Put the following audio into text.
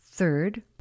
Third